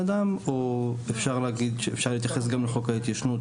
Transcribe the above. אדם או אפשר להתייחס גם לחוק ההתיישנות,